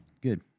good